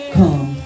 come